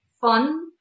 fun